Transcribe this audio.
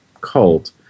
cult